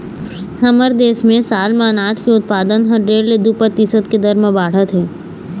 हमर देश म साल म अनाज के उत्पादन ह डेढ़ ले दू परतिसत के दर म बाढ़त हे